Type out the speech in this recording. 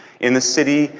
in the city,